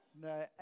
No